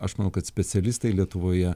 aš manau kad specialistai lietuvoje